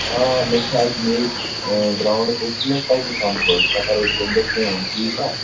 آ مےٚ چھِ اَتہِ میچ گرٛاوُنٛڈَس أکِس منٛز تٔتی سَمکھو ژےٚ کَرے بہٕ تیٚمہِ دۄہ فون ٹھیٖک چھا